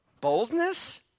Boldness